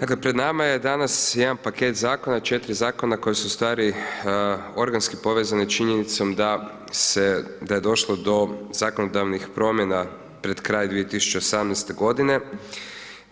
Dakle pred nama je danas jedan paket zakona, 4 zakona koji su ustvari organski povezani činjenicom da je došlo do zakonodavnih promjena pred kraj 2018. g.,